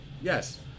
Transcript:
yes